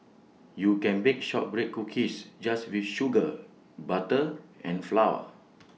you can bake Shortbread Cookies just with sugar butter and flour